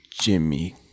Jimmy